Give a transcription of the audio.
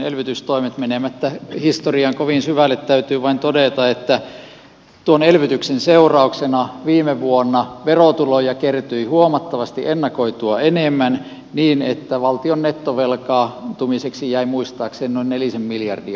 menemättä historiaan kovin syvälle täytyy vain todeta että tuon elvytyksen seurauksena viime vuonna verotuloja kertyi huomattavasti ennakoitua enemmän niin että valtion nettovelkaantumiseksi jäi muistaakseni noin nelisen miljardia